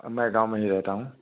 और मैं गाँव में ही रहता हूँ